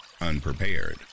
unprepared